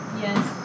Yes